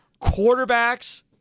Quarterbacks